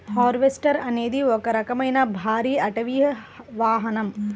harvester అనేది ఒక రకమైన భారీ అటవీ వాహనం